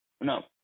No